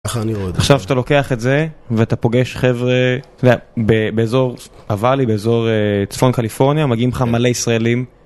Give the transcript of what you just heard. עכשיו שאתה לוקח את זה ואתה פוגש חבר'ה באזור הוואלי, באזור צפון קליפורניה, מגיעים לך מלא ישראלים